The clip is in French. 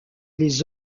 les